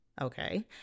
Okay